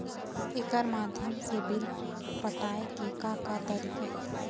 एकर माध्यम से बिल पटाए के का का तरीका हे?